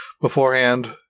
beforehand